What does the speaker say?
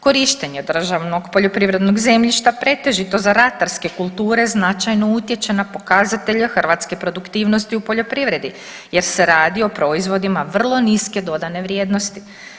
Korištenje državnog poljoprivrednog zemljišta pretežito za ratarske kulture značajno utječe na pokazatelje hrvatske produktivnosti u poljoprivredi jer se radi o proizvodima vrlo niske dodane vrijednosti.